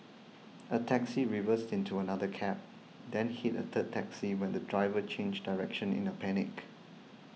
a taxi reversed into another cab then hit a third taxi when the driver changed direction in a panic